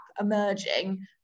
emerging